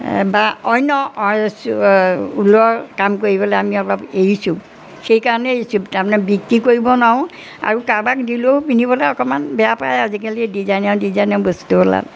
বা অন্য ঊলৰ কাম কৰিবলে আমি অলপ এৰিছোঁ সেইকাৰণে এৰিছোঁ তাৰমানে বিক্ৰী কৰিব নোৱাৰোঁ আৰু কাৰোবাক দিলেও পিন্ধিবলৈ অকণমান বেয়া পায় আজিকালি ডিজাইনে ডিজাইনে বস্তু ওলাল